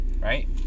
right